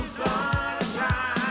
sunshine